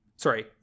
Sorry